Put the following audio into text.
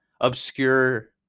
obscure